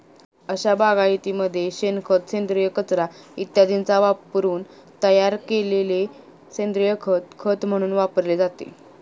अशा बागायतीमध्ये शेणखत, सेंद्रिय कचरा इत्यादींचा वापरून तयार केलेले सेंद्रिय खत खत म्हणून वापरले जाते